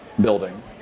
building